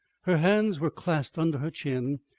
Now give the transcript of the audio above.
her hands were clasped under her chin,